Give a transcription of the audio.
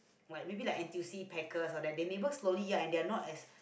like maybe like N_T_U_C packers all that they never slowly ya and they're not as